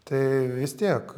tai vis tiek